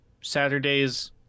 Saturdays